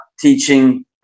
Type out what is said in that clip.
teaching